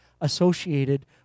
associated